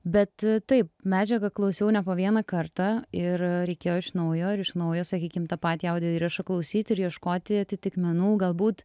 bet taip medžiagą klausiau ne po vieną kartą ir reikėjo iš naujo ir iš naujo sakykim tą patį audio įrašą klausyti ir ieškoti atitikmenų galbūt